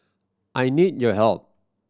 I need your help